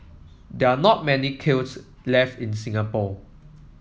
there are not many kilns left in Singapore